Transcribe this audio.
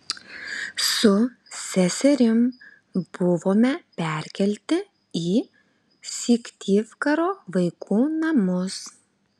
su seserim buvome perkelti į syktyvkaro vaikų namus